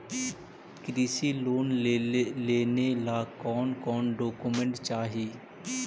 कृषि लोन लेने ला कोन कोन डोकोमेंट चाही?